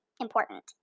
important